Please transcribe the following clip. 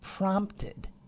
prompted